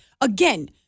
again